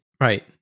Right